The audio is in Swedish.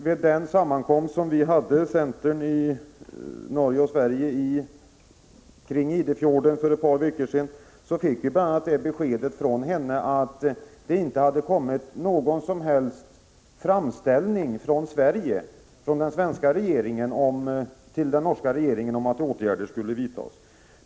Vid den sammankomst som centern i Norge och Sverige hade vid Idefjorden för ett par veckor sedan fick vi bl.a. det beskedet från henne att det inte hade kommit någon som helst framställning från den svenska regeringen till den norska regeringen om att åtgärder skulle vidtas.